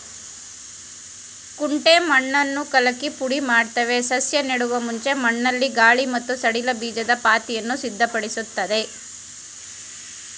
ಕುಂಟೆ ಮಣ್ಣನ್ನು ಕಲಕಿ ಪುಡಿಮಾಡ್ತವೆ ಸಸ್ಯ ನೆಡುವ ಮುಂಚೆ ಮಣ್ಣಲ್ಲಿ ಗಾಳಿ ಮತ್ತು ಸಡಿಲ ಬೀಜದ ಪಾತಿಯನ್ನು ಸಿದ್ಧಪಡಿಸ್ತದೆ